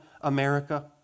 America